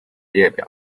列表